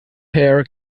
hair